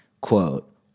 quote